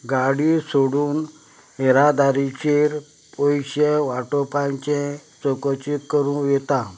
गाडी सोडून येरादारीचेर पयशे वाटोवपाचे चवकशी करूं येता